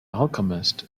alchemist